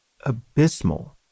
abysmal